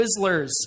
Twizzlers